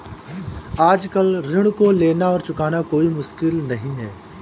आजकल ऋण को लेना और चुकाना कोई मुश्किल नहीं है